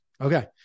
Okay